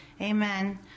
Amen